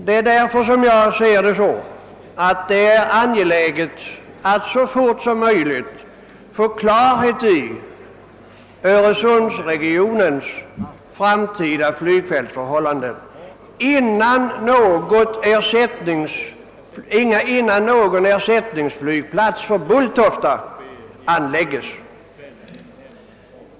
Det är därför jag tycker att det är angeläget att få klarhet i öresundsregionens framtida flygfältsförhållanden innan någon ersättningsflygplats för Bulltofta anläggs.